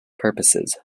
purposes